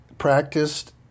practiced